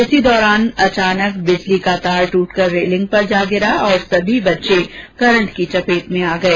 इसी दौरान अचानक बिजली का तार टूटकर रेलिंग पर जा गिरा और सभी बच्चे करंट की चपेट में आ गए